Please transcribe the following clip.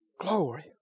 Glory